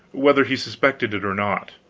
whether he suspected it or not.